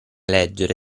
leggere